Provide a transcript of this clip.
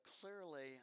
clearly